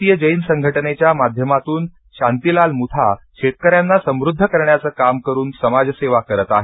भारतीय जैन संघटनेच्यामाध्यमातून शांतीलाल मुथा शेतकऱ्यांना समृद्ध करण्याचे काम करून समाज सेवा करत आहेत